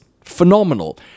phenomenal